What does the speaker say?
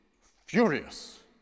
furious